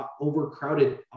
overcrowded